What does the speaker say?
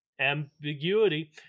ambiguity